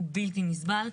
הוא בלתי נסבל,